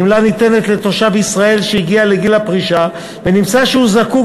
הגמלה ניתנת לתושב ישראל שהגיע לגיל הפרישה ונמצא שהוא זקוק